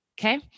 Okay